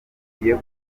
tugiye